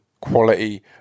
quality